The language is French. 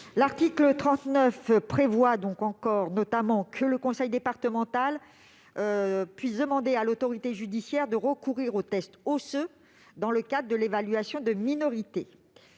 L'article 39 prévoit notamment que le conseil départemental puisse demander à l'autorité judiciaire de recourir aux tests osseux dans le cadre de l'évaluation de minorité.